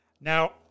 now